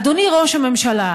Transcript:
אדוני ראש הממשלה,